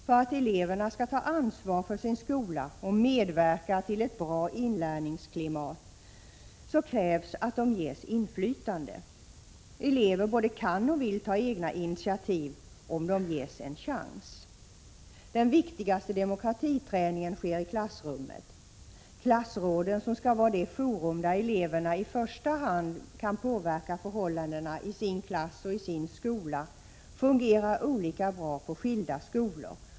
För att eleverna skall ta ansvar för sin skola och medverka till ett bra inlärningsklimat krävs att de ges inflytande. Elever både kan och vill ta egna initiativ om de ges en chans. Den viktigaste demokratiträningen sker i klassrummet. Klassråden, som skall vara det forum där eleverna i första hand kan påverka förhållandena i sin klass och sin skola, fungerar olika bra på skilda skolor.